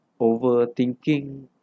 overthinking